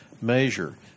measure